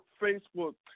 Facebook